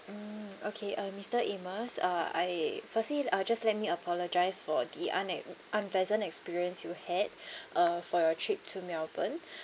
mm okay uh mister amos uh I firstly uh just let me apologise for the unex~ unpleasant experience you had uh for your trip to melbourne